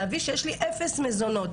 להבין שיש לי אפס מזונות,